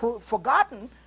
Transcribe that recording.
forgotten